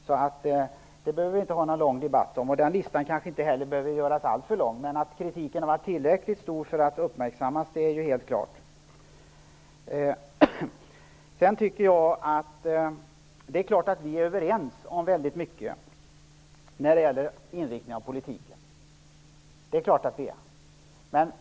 Detta behöver vi inte föra någon lång debatt om. Listan behöver kanske inte göras alltför lång, men att kritiken har varit tillräckligt stark för att uppmärksammas är helt klart. Det är klart att vi är överens om mycket av inriktningen i politiken.